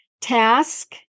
task